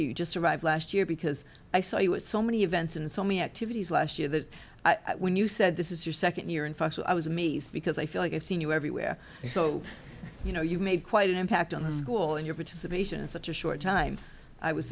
you just survived last year because i saw you with so many events and so many activities last year that when you said this is your second year in fact i was amazed because i feel like i've seen you everywhere so you know you made quite an impact on the school and your participation in such a short time i was